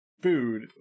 food